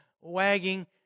wagging